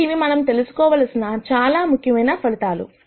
కాబట్టి ఇవి మనం తెలుసుకోవలసిన చాలా ముఖ్యమైన ఫలితాలు